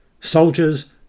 Soldiers